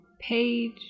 page